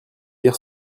lire